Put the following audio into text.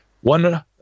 one